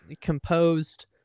composed